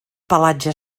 pelatge